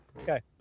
Okay